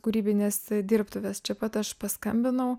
kūrybinės dirbtuvės čia pat aš paskambinau